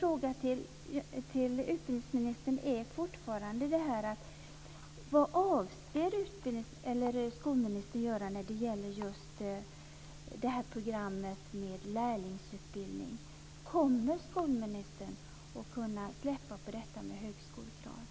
Jag undrar om skolministern kommer att kunna släppa på högskolekravet.